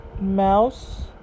Mouse